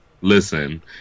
Listen